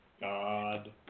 God